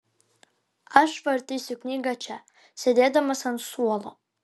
aš vartysiu knygą čia sėdėdamas ant suolo